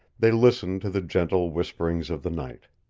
they listened to the gentle whisperings of the night.